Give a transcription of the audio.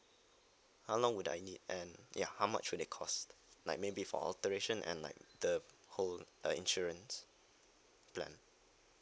how long would I need and ya how much would it cost like maybe for alteration and like the whole uh insurance plan